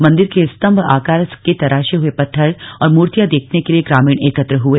मंदिर के स्तंभ आकार के तराशे हुए पत्थर और मूर्तियां देखने के लिए ग्रामीण एकत्र हुए